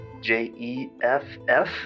J-E-F-F